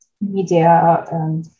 media